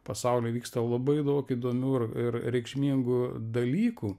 pasauly vyksta labai daug įdomių ir reikšmingų dalykų